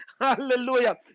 Hallelujah